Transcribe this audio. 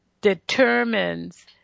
determines